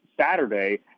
Saturday